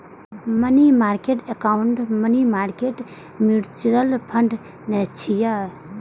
money market account money market mutual fund नै छियै